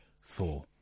Four